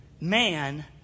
Man